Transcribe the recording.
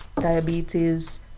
diabetes